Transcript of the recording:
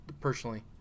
personally